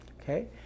okay